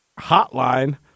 hotline